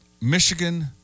Michigan